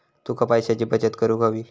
तुका पैशाची बचत करूक हवी